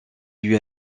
lui